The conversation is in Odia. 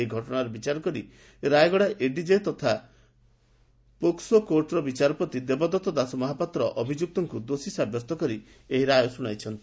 ଏହି ଘଟଶାର ବିଚାର କରି ରାୟଗଡ଼ା ଏଡିକେ ତଥା ପୋକ୍ସୋ କୋର୍ଟର ବିଚାରପତି ଦେବଦଉ ଦାସମହାପାତ୍ର ଅଭିଯୁକ୍ତକୁ ଦୋଷୀ ସାବ୍ୟସ୍ତ କରି ଏହି ରାୟ ଶୁଶାଇଛନ୍ତି